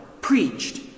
preached